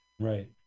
Right